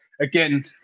again